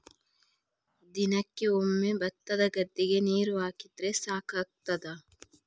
ದಿನಕ್ಕೆ ಒಮ್ಮೆ ಭತ್ತದ ಗದ್ದೆಗೆ ನೀರು ಹಾಕಿದ್ರೆ ಸಾಕಾಗ್ತದ?